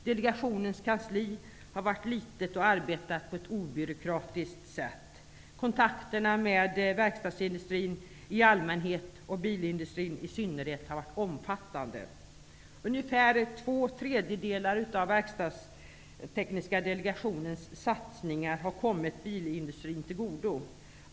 Delegationens kansli har varit litet, och det har arbetat på ett obyråkratiskt sätt. Kontakterna med verkstadsindustrin i allmänhet och bilindustrin i synnerhet har varit omfattande. Ungefär två tredjedelar av Verkstadstekniska delegationens satsningar har kommit bilindustrin till godo.